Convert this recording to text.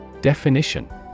Definition